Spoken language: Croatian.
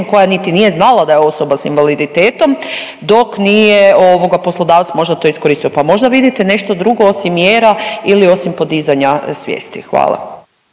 koja niti nije znala da je osoba s invaliditetom dok nije ovoga poslodavac možda to iskoristio. Pa možda vidite nešto drugo osim mjera ili osim podizanja svijesti, hvala.